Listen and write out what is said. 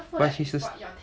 but she's a